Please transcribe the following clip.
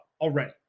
already